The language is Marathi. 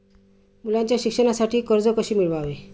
मुलाच्या शिक्षणासाठी कर्ज कसे मिळवावे?